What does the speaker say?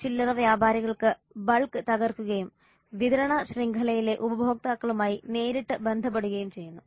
ചില്ലറ വ്യാപാരികൾ ബൾക്ക് തകർക്കുകയും വിതരണ ശൃംഖലയിലെ ഉപഭോക്താക്കളുമായി നേരിട്ട് ബന്ധപ്പെടുകയും ചെയ്യുന്നു